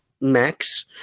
Max